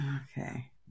okay